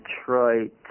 Detroit